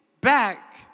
back